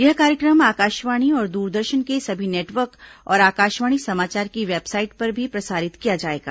यह कार्यक्रम आकाशवाणी और दूरदर्शन के सभी नेटवर्क और आकशवाणी समाचार की वेबसाइट पर भी प्रसारित किया जाएगा